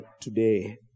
today